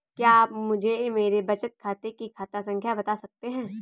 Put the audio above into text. क्या आप मुझे मेरे बचत खाते की खाता संख्या बता सकते हैं?